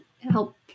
help